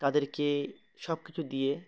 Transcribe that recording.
তাদেরকে সব কিছু দিয়ে